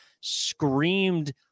screamed